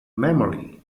memory